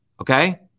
okay